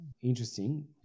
interesting